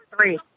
three